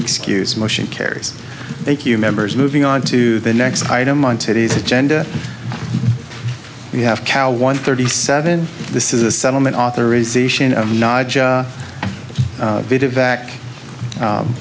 excuse motion carries thank you members moving on to the next item on today's agenda you have cow one thirty seven this is a settlement authorization bit of